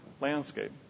landscape